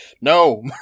No